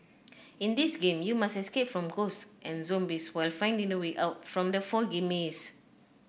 in this game you must escape from ghosts and zombies while finding the way out from the foggy maze